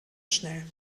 schnell